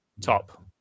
top